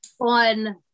on